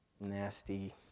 nasty